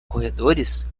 corredores